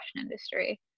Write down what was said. industry